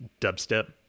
dubstep